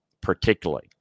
particularly